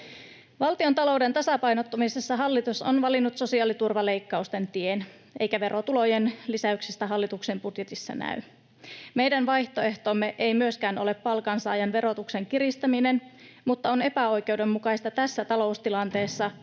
Valtiontalouden tasapainottamisessa hallitus on valinnut sosiaaliturvaleikkausten tien, eikä verotulojen lisäyksiä hallituksen budjetissa näy. Meidän vaihtoehtomme ei myöskään ole palkansaajan verotuksen kiristäminen, mutta on epäoikeudenmukaista tässä taloustilanteessa